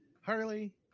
Harley